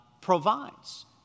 provides